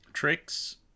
tricks